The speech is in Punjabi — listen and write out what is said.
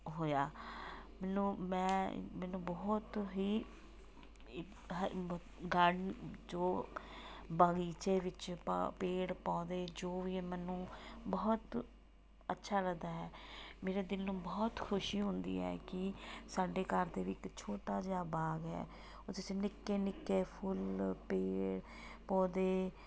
ਹੋਇਆ ਮੈਨੂੰ ਮੈਂ ਮੈਨੂੰ ਬਹੁਤ ਹੀ ਜੋ ਬਗੀਚੇ ਵਿੱਚ ਪਾ ਪੇੜ ਪੌਦੇ ਜੋ ਵੀ ਹੈ ਮੈਨੂੰ ਬਹੁਤ ਅੱਛਾ ਲੱਗਦਾ ਹੈ ਮੇਰੇ ਦਿਲ ਨੂੰ ਬਹੁਤ ਖੁਸ਼ੀ ਹੁੰਦੀ ਹੈ ਕਿ ਸਾਡੇ ਘਰ ਦੇ ਵਿੱਚ ਛੋਟਾ ਜਿਹਾ ਬਾਗ ਹੈ ਉਹਦੇ 'ਚ ਨਿੱਕੇ ਨਿੱਕੇ ਫੁੱਲ ਪੇੜ ਪੌਦੇ